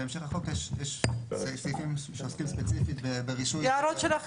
בהמשך החוק יש סעיפים ספציפית שעוסקים ברישוי של התחנות.